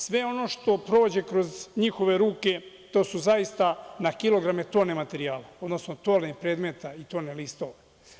Sve ono što prođe kroz njihove ruke, to su zaista kilogrami, tone materijala, odnosno tone predmeta, tone listova.